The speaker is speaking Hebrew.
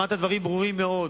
שמעת דברים ברורים מאוד.